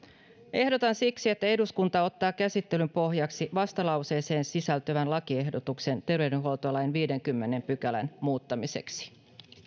ehdotan siksi että eduskunta ottaa käsittelyn pohjaksi vastalauseeseen sisältyvän lakiehdotuksen terveydenhuoltolain viidennenkymmenennen pykälän muuttamiseksi